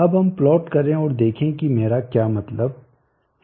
अब हम प्लॉट करें और देखें कि मेरा क्या मतलब है